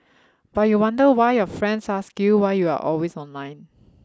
but you wonder why your friends ask you why you are always online